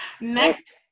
Next